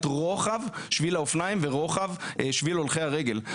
רוחב שביל האופניים ורוחב שביל הולכי הרגל.